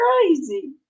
crazy